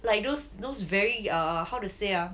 like those those very err how to say ah